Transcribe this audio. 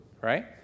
right